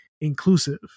inclusive